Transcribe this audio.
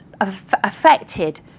affected